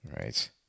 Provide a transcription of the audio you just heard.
right